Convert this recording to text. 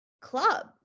club